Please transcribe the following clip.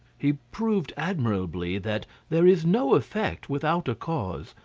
he proved admirably that there is no effect without a cause,